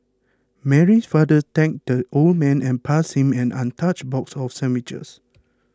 Mary's father thanked the old man and passed him an untouched box of sandwiches